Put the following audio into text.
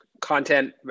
content